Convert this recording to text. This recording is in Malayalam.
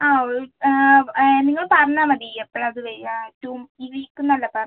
ആവും നിങ്ങൾ പറഞ്ഞാൽ മതി എപ്പോഴാണ് അത് വരുക ടു ഈ വീക്ക് എന്നല്ലേ പറഞ്ഞത്